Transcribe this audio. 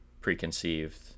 preconceived